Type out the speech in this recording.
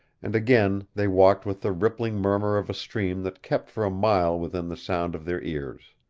and again they walked with the rippling murmur of a stream that kept for a mile within the sound of their ears.